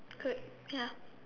good ya